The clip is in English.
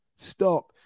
Stop